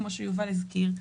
כמו שיובל הזכיר,